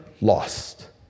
lost